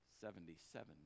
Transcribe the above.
seventy-seven